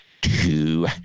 two